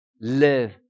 Live